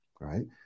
right